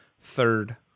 third